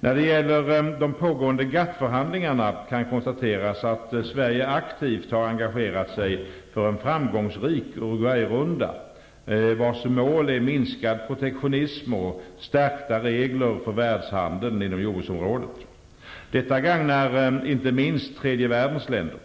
När det gäller de pågående GATT-förhandlingarna kan konstateras att Sverige aktivt har engagerat sig för en framgångsrik Uruguayrunda, vars mål är minskad protektionism och stärkta regler för världshandeln inom jorbruksområdet. Detta gagnar inte minst tredje världens länder.